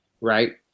right